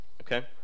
Okay